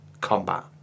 combat